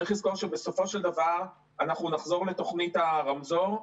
צריך לזכור שבסופו של דבר אנחנו נחזור לתוכנית הרמזור.